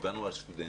ודיברנו על הסטודנטים,